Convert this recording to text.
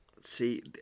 See